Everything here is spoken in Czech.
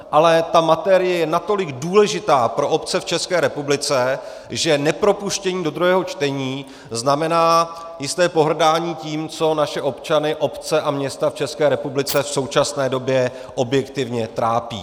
Ale ta materie je natolik důležitá pro obce v České republice, že nepropuštění do druhého čtení znamená jisté pohrdání tím, co naše občany, obce a města v České republice v současné době objektivně trápí.